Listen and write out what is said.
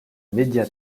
média